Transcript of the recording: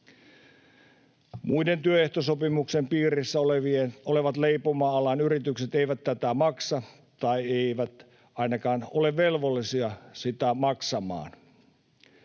Muut työehtosopimuksen piirissä olevat leipomoalan yritykset eivät tätä maksa tai eivät ainakaan ole velvollisia sitä maksamaan.